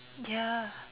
ya